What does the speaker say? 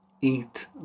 Eat